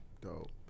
Dope